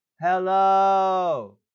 Hello